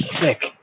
sick